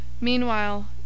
Meanwhile